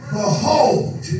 behold